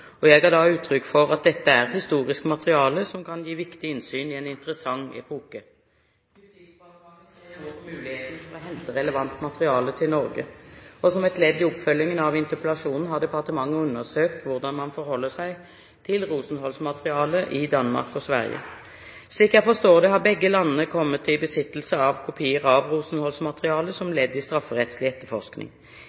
Jeg ga da uttrykk for at dette er historisk materiale som kan gi viktig innsyn i en interessant epoke. Justisdepartementet ser nå på mulighetene for å hente relevant materiale til Norge. Som et ledd i oppfølgingen av interpellasjonen har departementet undersøkt hvordan man forholder seg til Rosenholz-materialet i Danmark og Sverige. Slik jeg forstår det, har begge landene kommet i besittelse av kopier av Rosenholz-materialet som